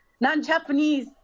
non-Japanese